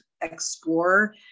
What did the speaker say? explore